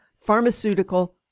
pharmaceutical